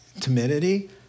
timidity